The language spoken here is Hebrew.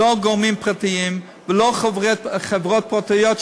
לא גורמים פרטיים ולא חברות פרטיות,